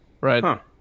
right